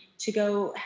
to go,